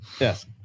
yes